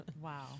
Wow